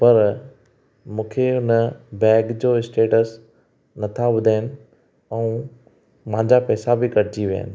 पर मूंखे हुन बैग जो स्टेटस नथा ॿुधाइनि ऐं मुंहिंजा पैसा बि कटिजी विया आहिनि